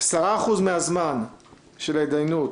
10% מהזמן של ההידיינות